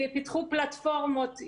פיתחו פלטפורמות,